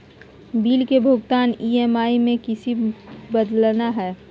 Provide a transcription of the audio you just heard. Bill के भुगतान EMI में किसी बदलना है?